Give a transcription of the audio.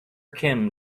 kim